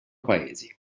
paesi